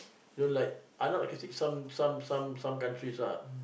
don't like I not critique some some some countries lah